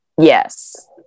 yes